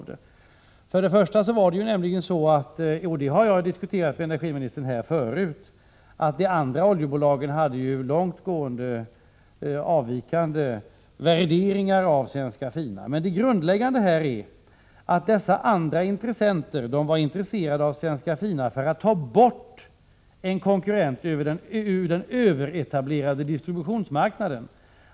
Det var nämligen så — och det har jag diskuterat med energiministern tidigare — att de andra oljebolagen hade långt gående, avvikande värderingar av Svenska Fina. Men det grundläggande är att dessa andra oljebolag var intresserade av Svenska Fina för att ta bort en konkurrent ur den överetablerade distributionsmarknaden.